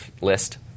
list